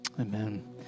Amen